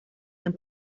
and